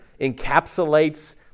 encapsulates